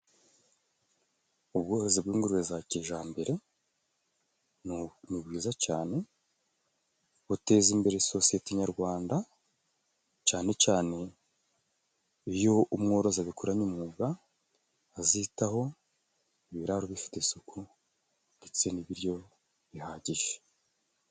Ubworozi bw'ingurube za kijambere ni bwiza cane, buteza imbere sosiyete nyarwanda cane cane iyo umworozi abikoranye umwuga, azitaho, ibiraro bifite isuku ndetse n'ibiryo bihagije.